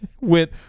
went